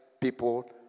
people